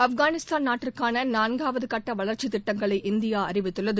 ஆப்கானிஸ்தான் நாட்டிற்கான நான்காவது கட்ட வளர்ச்சித் திட்டங்களை இந்தியா அறிவித்துள்ளது